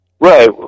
Right